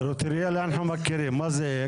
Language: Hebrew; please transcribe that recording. טריטוריאלי אנחנו מכירים, מה זה אקס?